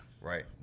Right